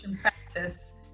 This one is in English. practice